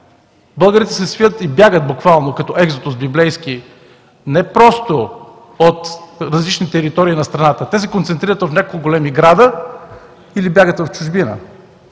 Българите се свиват и бягат буквално, като екзодус библейски – не просто от различни територии на страната, те се концентрират в няколко големи града или бягат в чужбина.